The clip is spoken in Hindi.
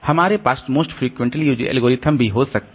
हमारे पास मोस्ट फ्रिक्वेंटली यूज्ड एल्गोरिदम भी हो सकता है